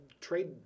trade